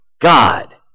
God